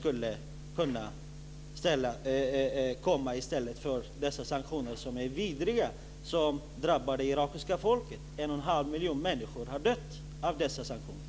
De nuvarande sanktionerna är vidriga och drabbar det irakiska folket. En och en halv miljon människor har dött på grund av dessa sanktioner.